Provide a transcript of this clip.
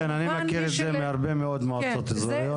כן, אני מכיר את זה מהרבה מאוד מועצות אזוריות.